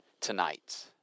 tonight